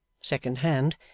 second-hand